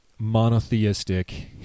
Monotheistic